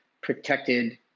protected